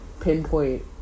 pinpoint